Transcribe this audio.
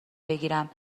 بگیرم